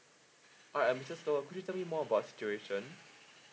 hi um mister toh could you tell me more about your situation